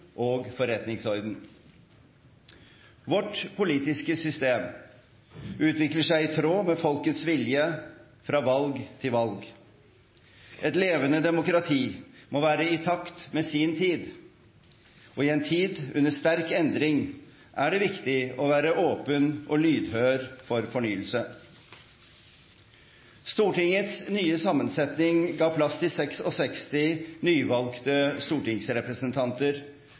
og forretningsorden. Vårt politiske system utvikler seg i tråd med folkets vilje fra valg til valg. Et levende demokrati må være i takt med sin tid, og i en tid under sterk endring er det viktig å være åpen og lydhør for fornyelse. Stortingets nye sammensetning ga plass til 66 nyvalgte stortingsrepresentanter,